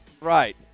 Right